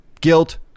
guilt